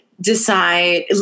decide